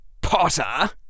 Potter